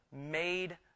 made